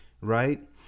right